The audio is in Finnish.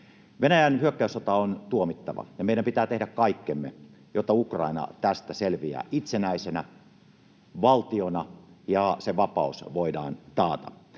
Venäjän hyökkäyssota on tuomittava, ja meidän pitää tehdä kaikkemme, jotta Ukraina tästä selviää itsenäisenä valtiona ja sen vapaus voidaan taata.